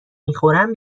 میخورم